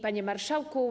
Panie Marszałku!